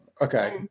Okay